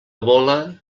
vola